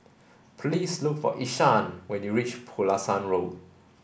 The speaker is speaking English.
please look for Ishaan when you reach Pulasan Road